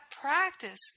practice